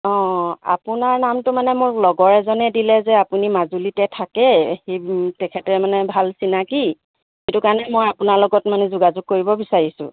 অঁ আপোনাৰ নামটো মানে মোক লগৰ এজনে দিলে যে আপুনি মাজুলীতে থাকে সেই তেখেতে মানে ভাল চিনাকি সেইটো কাৰণে মই আপোনাৰ লগত মানে যোগাযোগ কৰিব বিচাৰিছোঁ